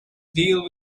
deal